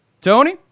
Tony